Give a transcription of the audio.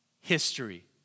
History